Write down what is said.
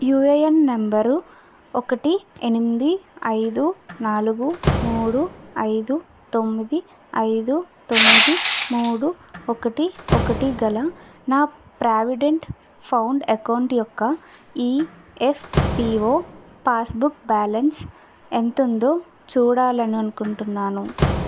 UAN number ఒకటి ఎనిమిది ఐదు నాలుగు మూడు ఐదు తొమ్మిది ఐదు తొమ్మిది మూడు ఒకటి ఒకటి గల నా ప్రావిడెంట్ ఫౌండ్ అకౌంట్ యొక్క ఈఎఫ్పిఓ పాస్ బుక్ బ్యాలెన్స్ ఎంత ఉందో చూడాలని అనుకుంటున్నాను